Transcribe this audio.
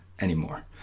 anymore